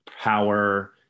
power